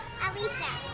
Alisa